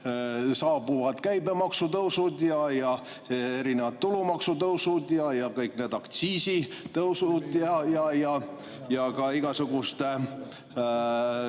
saabuvad käibemaksutõusud, erinevad tulumaksutõusud ja kõik need aktsiisitõusud, ka igasuguste